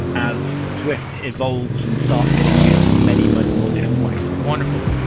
as swift evolves and starts getting used in many, many more different ways. wonderful